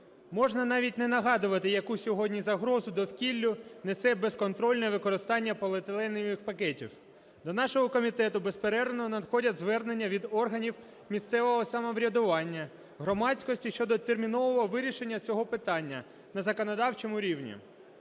Можна навіть не нагадувати, яку сьогодні загрозу довкіллю несе безконтрольне використання поліетиленових пакетів. До нашого комітету безперервно надходять звернення від органів місцевого самоврядування, громадськості щодо термінового вирішення цього питання на законодавчому рівні.